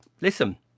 listen